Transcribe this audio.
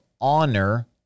honor